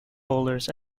bowlers